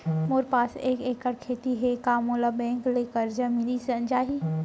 मोर पास एक एक्कड़ खेती हे का मोला बैंक ले करजा मिलिस जाही?